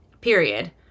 period